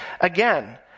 again